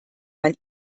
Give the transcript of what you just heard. man